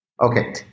Okay